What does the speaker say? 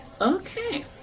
okay